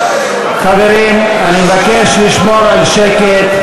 חברים, אני מבקש לשמור על שקט.